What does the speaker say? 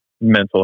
mental